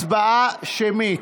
הצבעה שמית.